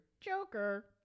Joker